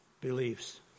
beliefs